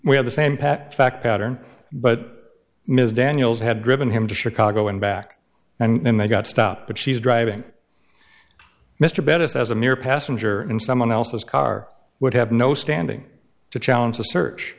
we have the same pat fact pattern but ms daniels had driven him to chicago and back and then they got stopped but she's driving mr bettis as a mere passenger in someone else's car would have no standing to challenge the search